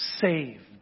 saved